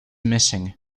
missing